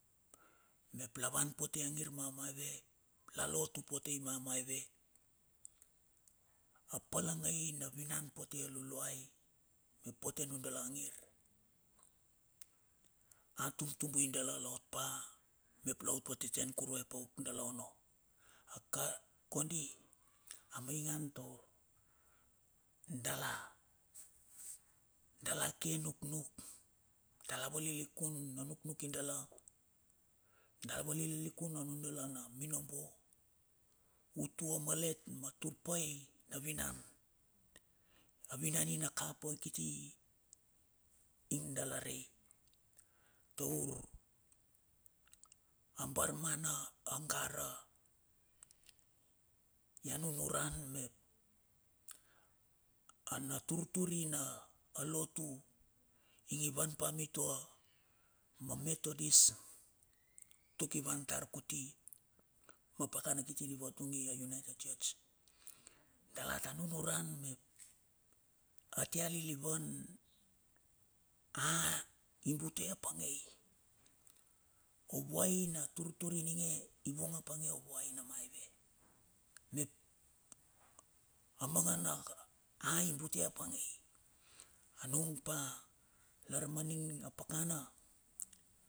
Mep la van pote a ngir mu maive lalotu pote ae mamaive. A palagai na vinan pote a luluai mep pote a nuala ngir. A tumtubai dala la o pa me la ot vateten kura e pouk dala onno. A ka kondi amougan taur dala, dala ke nuknuk, dala valilikan na nuknuki dala, dala valilikun na nuknuki dala, dala valilikun na minobo utua malet ma turpai na vinan. A vinana i na kapa kiti ing dala rai taur a barmana, agara ia nunuran mep na turtur ina lotu ing i van pa mitua ma metodis tuk i van tar kuti ma pakana kiti di vatung i united church dala ta nunuran mep a tia lilivan a i bate apangei? O vuai na turtur ininge i vung a pange o vuaina maive, mep a mangana i bute apange i a nung pa lar ma ning ning a pakana.